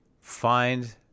find